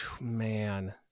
man